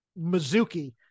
mizuki